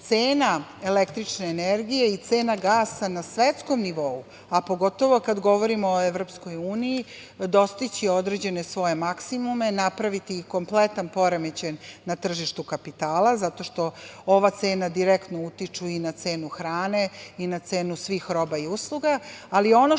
cena električne energije i cena gasa na svetskom nivou, a pogotovo kada govorimo o Evropskoj uniji, dostići određene svoje maksimume, napraviti kompletan poremećaj na tržištu kapitala, zato što ova cena direktno utiče i na cenu hrane i na cenu svih roba i usluga. Ali ono